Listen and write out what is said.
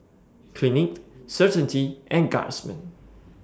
Clinique Certainty and Guardsman